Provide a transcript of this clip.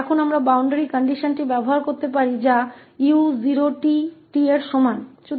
अब हम boundary condition का उपयोग कर सकते हैं जो कि 𝑢0𝑡 t के बराबर है